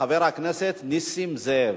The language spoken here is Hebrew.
חבר הכנסת נסים זאב.